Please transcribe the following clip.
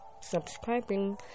Subscribing